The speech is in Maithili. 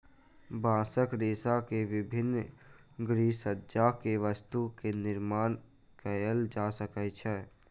बांसक रेशा से विभिन्न गृहसज्जा के वस्तु के निर्माण कएल जा सकै छै